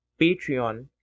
Patreon